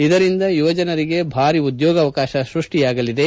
ಇದರಿಂದ ಯುವಜನರಿಗೆ ಭಾರಿ ಉದ್ಲೋಗವಕಾಶ ಸ್ಪಷ್ಲಿಯಾಗಲಿದೆ